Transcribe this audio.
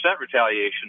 retaliation